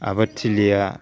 आबादथिलिया